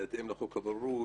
בהתאם לחוק הבוררות.